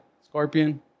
Scorpion